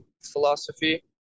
philosophy